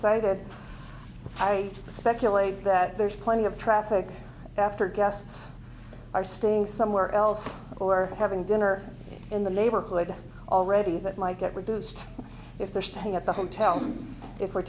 cited i speculate that there's plenty of traffic after guests are staying somewhere else or having dinner in the neighborhood already that might get reduced if they're staying at the hotel if we're